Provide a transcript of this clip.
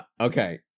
Okay